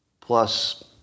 plus